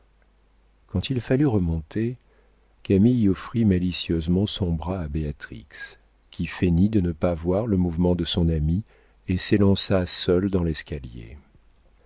quand il fallut remonter camille offrit malicieusement son bras à béatrix qui feignit de ne pas voir le mouvement de son amie et s'élança seule dans l'escalier